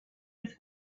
his